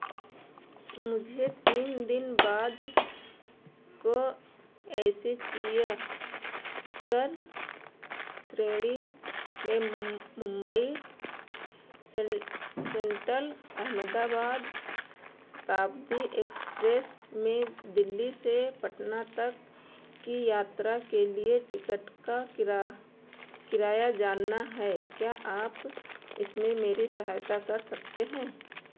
मुझे तीन दिन बाद को एसी चिया कर श्रेणी में मुम्बई सेन्टल अहमदाबाद शताब्दी एक्सप्रेस में दिल्ली से पटना तक की यात्रा के लिए टिकट का किरा किराया जानना है क्या आप इसमें मेरी सहायता कर सकते हैं